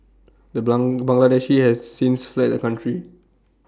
the bang Bangladeshi has since fled the country